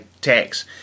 tax